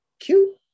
Cute